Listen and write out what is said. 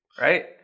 right